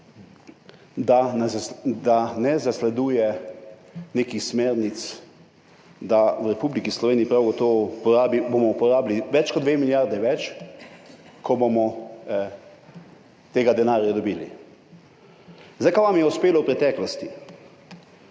da ne zasleduje nekih smernic, da bomo v Republiki Sloveniji prav gotovo porabili več kot 2 milijardi več, kot bomo tega denarja dobili. Kaj vam je uspelo v preteklosti?